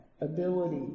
ability